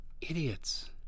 Idiots